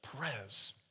Perez